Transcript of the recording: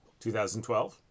2012